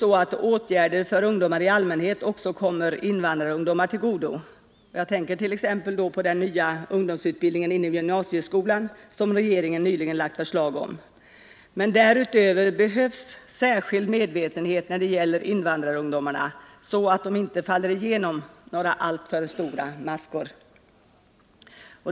Åtgärder för ungdomar i allmänhet kommer naturligtvis också invandrarungdomar till godo. Jag tänker t.ex. på den nya ungdomsutbildning inom gymnasieskolan som regeringen nyligen lagt förslag om. Men därutöver behövs särskild medvetenhet när det gäller invandrarungdomarna, så att de inte faller igenom några alltför stora maskor.